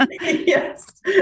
Yes